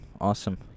awesome